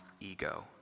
ego